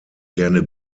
gerne